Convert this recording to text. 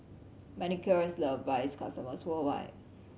Manicare is love by its customers worldwide